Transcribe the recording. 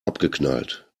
abgeknallt